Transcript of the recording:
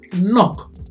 knock